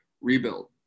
rebuild